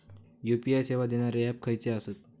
UPI सेवा देणारे app खयचे आसत?